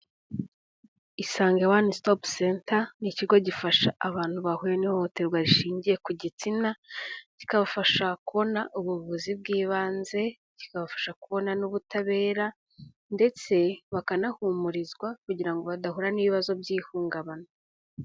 Isange one stop center ni ikigo gifasha abantu bahuye n'ihohoterwa rishingiye ku gitsina, kikabafasha kubona ubuvuzi bw'ibanze, kikabafasha kubona n'ubutabera ndetse bakanahumurizwa kugira ngo badahura n'ibibazo by'ihungabana.